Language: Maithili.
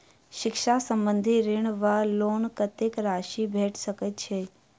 शिक्षा संबंधित ऋण वा लोन कत्तेक राशि भेट सकैत अछि?